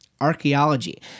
archaeology